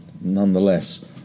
Nonetheless